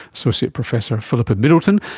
associate professor philippa middleton,